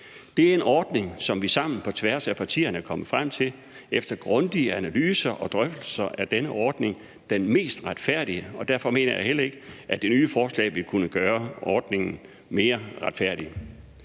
Det er en ordning, som vi sammen på tværs af partierne efter grundige analyser og drøftelser er kommet frem til er den mest retfærdige, og derfor mener jeg heller ikke, at det nye forslag vil kunne gøre ordningen mere retfærdig.